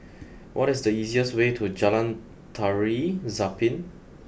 what is the easiest way to Jalan Tari Zapin